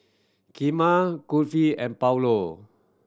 Kheema Kulfi and